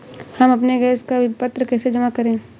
हम अपने गैस का विपत्र कैसे जमा करें?